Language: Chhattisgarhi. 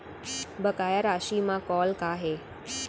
बकाया राशि मा कॉल का हे?